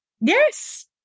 Yes